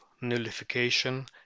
nullification